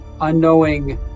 unknowing